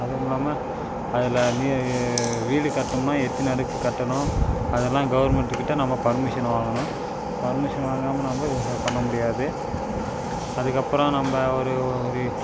அதுவும் இல்லாமல் அதில் நீ வீடு கட்டினோம்னா எத்தனை அடுக்கு கட்டணும் அதெல்லாம் கவர்மெண்ட்டுக்கிட்ட நம்ம பர்மிஷன் வாங்கணும் பர்மிஷன் வாங்காமல் நம்ம பண்ண முடியாது அதுக்கப்புறம் நம்ம ஒரு ஒரு